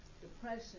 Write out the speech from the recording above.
depression